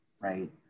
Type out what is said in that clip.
right